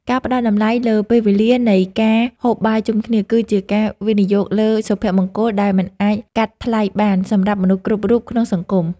ការផ្តល់តម្លៃលើពេលវេលានៃការហូបបាយជុំគ្នា គឺជាការវិនិយោគលើសុភមង្គលដែលមិនអាចកាត់ថ្លៃបានសម្រាប់មនុស្សគ្រប់រូបក្នុងសង្គម។